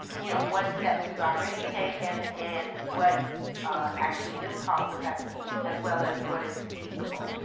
you know, what steps we have already taken and what actually is cost effective as well as what is feasible.